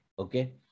Okay